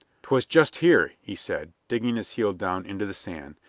twas just here, he said, digging his heel down into the sand,